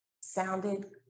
sounded